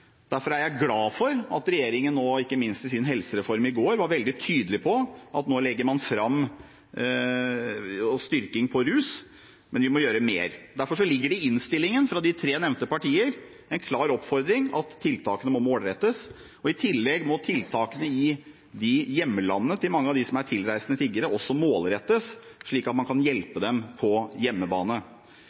Derfor er jeg glad for at regjeringen, ikke minst i sin helsereform som ble lagt fram i går, er veldig tydelig på at nå legger man fram en styrking på rusfeltet. Men vi må gjøre mer. Derfor ligger det i innstillingen fra de tre nevnte partier en klar oppfordring om at tiltakene må målrettes. I tillegg må tiltakene i hjemlandene til mange av dem som er tilreisende tiggere, også målrettes, slik at man kan hjelpe dem på hjemmebane.